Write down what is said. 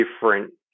different